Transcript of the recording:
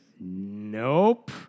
Nope